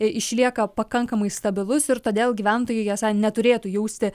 išlieka pakankamai stabilus ir todėl gyventojai esą neturėtų jausti